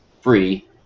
free